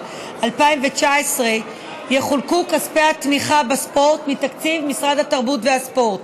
2019 יחולקו כספי התמיכה בספורט מתקציב משרד התרבות והספורט,